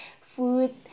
food